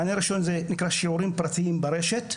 מענה ראשון זה נקרא שיעורים פרטיים ברשת.